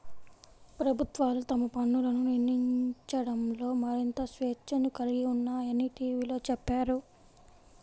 ప్రభుత్వాలు తమ పన్నులను నిర్ణయించడంలో మరింత స్వేచ్ఛను కలిగి ఉన్నాయని టీవీలో చెప్పారు